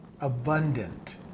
abundant